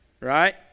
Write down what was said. Right